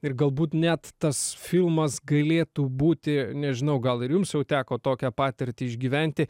ir galbūt net tas filmas galėtų būti nežinau gal ir jums jau teko tokią patirtį išgyventi